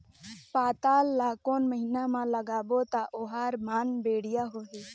पातल ला कोन महीना मा लगाबो ता ओहार मान बेडिया होही?